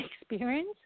experience